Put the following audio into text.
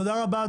תודה רבה,